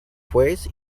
face